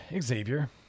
Xavier